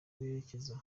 berekeza